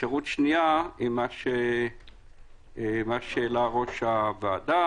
האפשרות השנייה היא מה שהעלה ראש הוועדה.